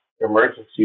emergency